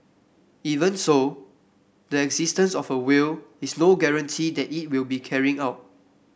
even so the existence of a will is no guarantee that it will be carried out